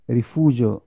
rifugio